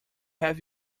have